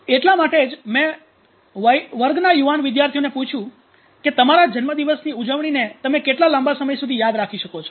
એટલા માટે જ મે વર્ગના યુવાન વિદ્યાર્થીઓને પૂછ્યું કે તમારા જન્મદિવસની ઉજવણીને તમે કેટલા લાંબા સમય સુધી યાદ રાખી શકો છો